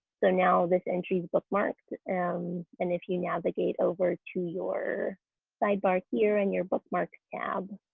so now this entry is bookmarked, um and if you navigate over to your sidebar here and your bookmarks tab